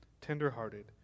tenderhearted